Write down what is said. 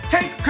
Take